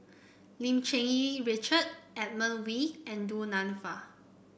Lim Cherng Yih Richard Edmund Wee and Du Nanfa